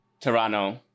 Toronto